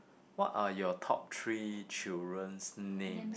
what are your top three children's name